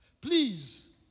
Please